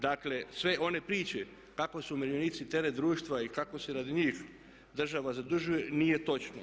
Dakle, sve one priče kako su umirovljenici teret društva i kako se radi njih država zadužuje nije točno.